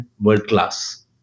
world-class